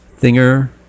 thinger